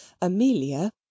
amelia